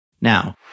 Now